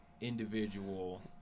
individual